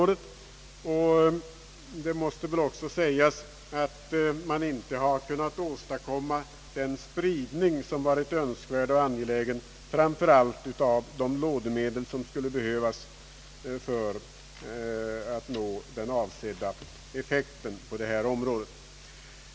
Det måste väl också sägas, att man inte har kunnat åstadkomma den spridning som varit önskvärd och angelägen framför allt när det gäller de lånemedel som skulle behövas för att nå den avsedda effekten på området.